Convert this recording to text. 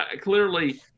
clearly